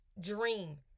dream